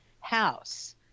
house